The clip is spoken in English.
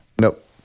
Nope